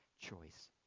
choice